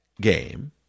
game